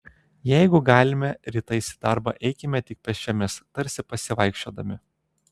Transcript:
jeigu galime rytais į darbą eikime tik pėsčiomis tarsi pasivaikščiodami